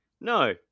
No